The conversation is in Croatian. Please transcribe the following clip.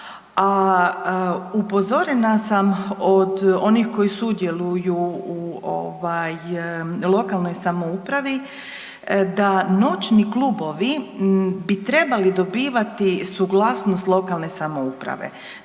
a upozorena sam od onih koji sudjeluju u lokalnoj samoupravi, da noćni klubovi bi trebali dobivati suglasnost lokalne samouprave.